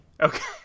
Okay